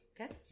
Okay